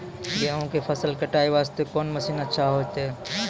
गेहूँ के फसल कटाई वास्ते कोंन मसीन अच्छा होइतै?